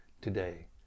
today